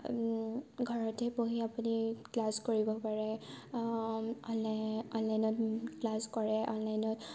ঘৰতে বহি আপুনি ক্লাছ কৰিব পাৰে অনলাইনত ক্লাছ কৰে